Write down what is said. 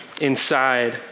inside